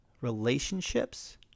relationships